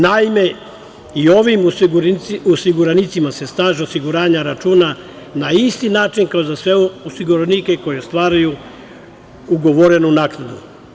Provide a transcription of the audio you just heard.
Naime, i ovim osiguranicima se staž osiguranja računa na isti način kao za sve osiguranike koji ostvaruju ugovorenu naknadu.